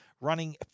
running